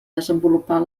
desenvolupar